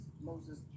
Moses